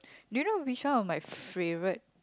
do you know which one of my favourite